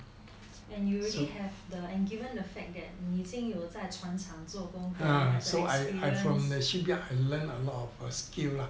and already have the given the fact that 你已经有在船厂做工过 you have experience